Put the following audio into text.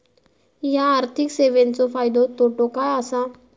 हया आर्थिक सेवेंचो फायदो तोटो काय आसा?